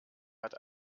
hat